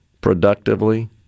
productively